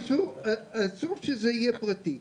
אסור שזה יהיה פרטי,